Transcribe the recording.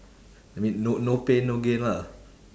I mean no no pain no gain lah